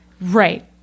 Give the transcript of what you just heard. Right